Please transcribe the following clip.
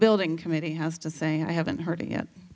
building committee has to say i haven't heard it yet